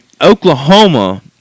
Oklahoma